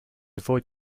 avoid